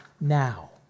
now